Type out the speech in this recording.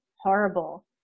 horrible